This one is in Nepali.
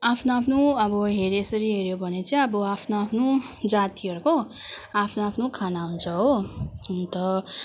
आफ्नो आफ्नो अब हेरे यसरी हेऱ्यो भने चाहिँ अब आफ्नो आफ्नो जातिहरूको आफ्नो आफ्नो खाना हुन्छ हो अन्त